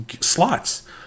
slots